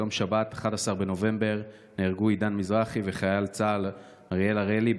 ביום שבת 11 בנובמבר נהרגו עידן מזרחי וחייל צה"ל אריאל אריאלי,